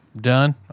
Done